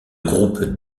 groupe